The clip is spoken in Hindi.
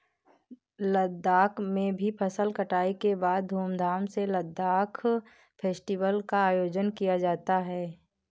लद्दाख में भी फसल कटाई के बाद धूमधाम से लद्दाख फेस्टिवल का आयोजन किया जाता है